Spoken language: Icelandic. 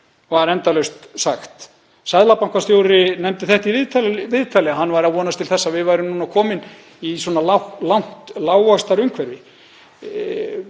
var endalaust sagt. Seðlabankastjóri nefndi í viðtali að hann væri að vonast til þess að við værum komin í langt lágvaxtaumhverfi.